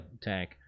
tank